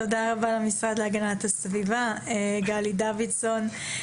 תודה למשרד להגנת הסביבה, גלי דוידסון.